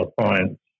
clients